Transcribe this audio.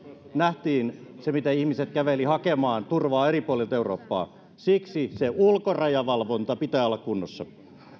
nähtiin se miten ihmiset kävelivät euroopan läpi hakemaan turvaa eri puolilta eurooppaa siksi sen ulkorajavalvonnan pitää olla kunnossa